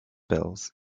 bills